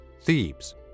Thebes